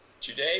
Today